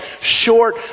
short